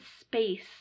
space